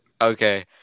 Okay